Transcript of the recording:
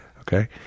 Okay